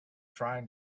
trying